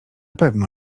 pewno